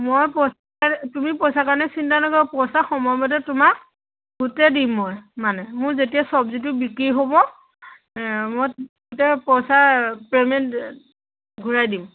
মই পইচা তুমি পইচাৰ কাৰণে চিন্তা নকৰিবা পইচা সময়মতে তোমাক গোটেই দিম মই মানে মোৰ যেতিয়া চব্জিটো বিক্ৰী হ'ব মই পইচা পে'মেণ্ট ঘূৰাই দিম